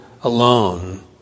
alone